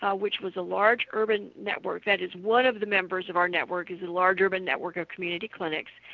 ah which was a large urban network, that is, one of the members of our network is a large urban network of community clinics,